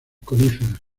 coníferas